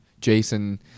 jason